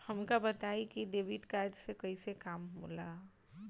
हमका बताई कि डेबिट कार्ड से कईसे काम होला?